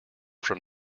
from